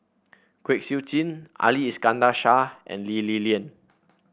Kwek Siew Jin Ali Iskandar Shah and Lee Li Lian